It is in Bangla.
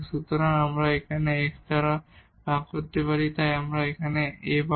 সুতরাং আমরা এই Δ x দ্বারা ভাগ করতে পারি তাই আমরা সেখানে A পাব